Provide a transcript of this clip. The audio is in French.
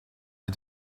les